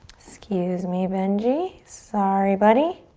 excuse me, benji. sorry, buddy.